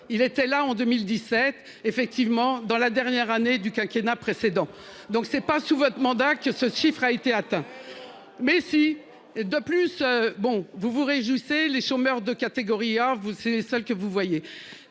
il était là en 2017 effectivement dans la dernière année du quinquennat précédent. Donc c'est pas sous votre mandat que ce chiffre a été atteint. Mais si. De plus, bon vous vous réjouissez. Les chômeurs de catégorie A vous c'est celle que vous voyez